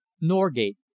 norgate